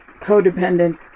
codependent